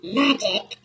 magic